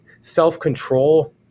Self-control